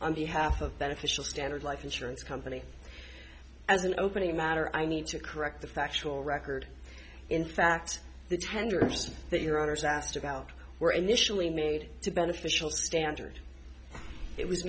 a beneficial standard life insurance company as an opening a matter i need to correct the factual record in fact the tenders that your owners asked about were initially made to beneficial standard it was